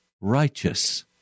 righteous